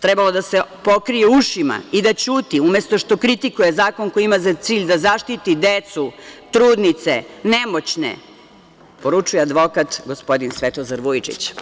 trebalo da se pokrije ušima i da ćuti, umesto što kritikuje zakon koji ima za cilj da zaštiti decu, trudnice, nemoćne, poručuje advokat, gospodin Svetozar Vujičić.